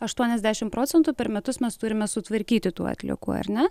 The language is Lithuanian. aštuoniasdešim procentų per metus mes turime sutvarkyti tų atliekų ar ne